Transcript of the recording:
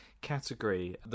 Category